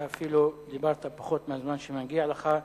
אתה אפילו דיברת פחות מהזמן שמגיע לך.